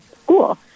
school